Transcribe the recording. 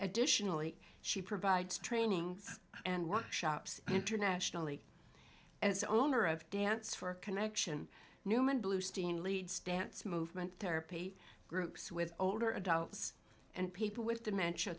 additionally she provides training and workshops internationally as owner of dance for connection newman blue steen lead stance movement therapy groups with older adults and people with dementia